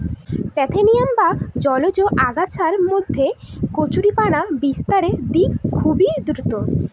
parthenium বা জলজ আগাছার মধ্যে কচুরিপানা বিস্তারের দিক খুবই দ্রূত